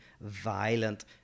violent